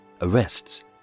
arrests